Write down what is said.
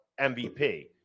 MVP